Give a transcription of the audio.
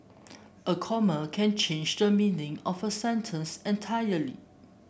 a comma can change the meaning of a sentence entirely